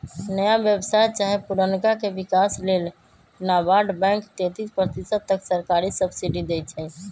नया व्यवसाय चाहे पुरनका के विकास लेल नाबार्ड बैंक तेतिस प्रतिशत तक सरकारी सब्सिडी देइ छइ